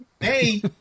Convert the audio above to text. Hey